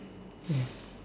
yes